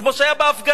כמו שהיה בהפגנה.